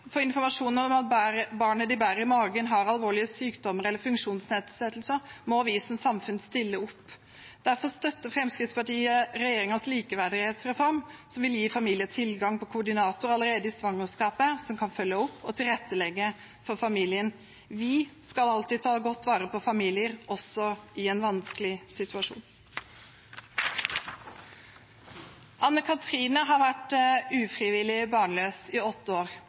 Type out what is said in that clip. om at barnet kvinnen bærer i magen, har alvorlig sykdom eller en funksjonsnedsettelse, må vi som samfunn stille opp. Derfor støtter Fremskrittspartiet regjeringens likeverdighetsreform, som vil gi familien tilgang på koordinator allerede i svangerskapet, og som kan følge opp og tilrettelegge for familien. Vi skal alltid ta godt vare på familier, også i en vanskelig situasjon. Anne Katrine har vært ufrivillig barnløs i åtte år.